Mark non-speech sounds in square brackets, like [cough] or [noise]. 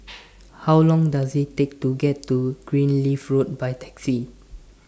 [noise] How Long Does IT Take to get to Greenleaf Road By Taxi